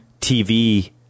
TV